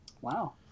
Wow